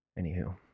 Anywho